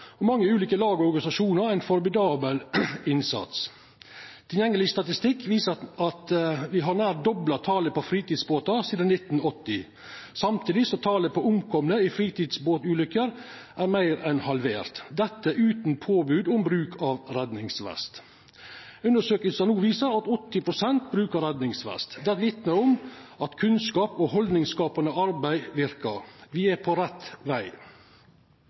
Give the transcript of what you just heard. og mange ulike lag og organisasjonar ein formidabel innsats. Tilgjengeleg statistikk viser at me har nær dobla talet på fritidsbåtar sidan 1980. Samtidig er talet på omkomne i fritidsbåtulukker meir enn halvert – dette utan påbod om bruk av redningsvest. Undersøkingar viser no at 80 pst. brukar redningsvest. Det vitnar om at kunnskap og haldningsskapande arbeid verkar. Me er på rett veg.